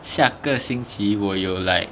下个星期我有 like